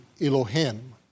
Elohim